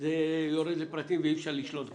זה יורד לפרטים וכבר אי אפשר לשלוט בזה.